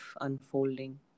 unfolding